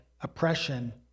oppression